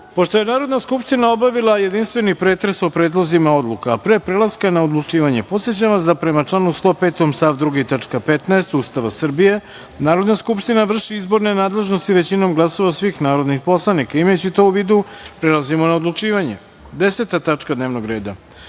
radu. Pošto je Narodna skupština obavila jedinstveni pretres o predlozima odluka, a pre prelaska na odlučivanje, podsećam vas da, prema članu 105. stav 2. tačka 15. Ustava Srbije, Narodna skupština vrši izborne nadležnosti većinom glasova svih narodnih poslanika. Imajući to u vidu, prelazimo na odlučivanje. Deseta tačka dnevnog